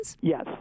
yes